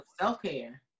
self-care